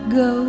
go